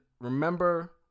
remember